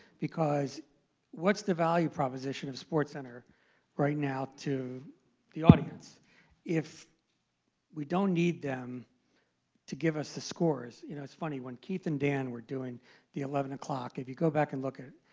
because what's the value proposition of sportscenter right now to the audience if we don't need them to give us the scores? you know, it's funny. when keith and dan were doing the eleven o'clock, if you go back and look at it,